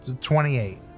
Twenty-eight